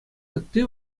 ытти